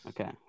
Okay